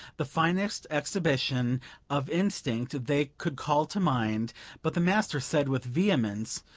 the finest exhibition of instinct they could call to mind but the master said, with vehemence,